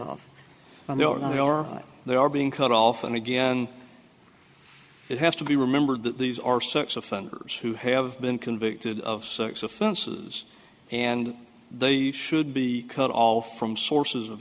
off and they are or they are being cut off and again it has to be remembered that these are such offenders who have been convicted of sex offenses and they should be cut all from sources of